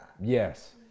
yes